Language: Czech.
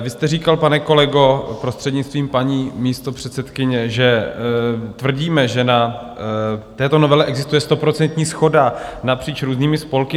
Vy jste říkal, pane kolego, prostřednictvím paní místopředsedkyně, že tvrdíme, že na této novele existuje stoprocentní shoda napříč různými spolky.